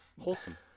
wholesome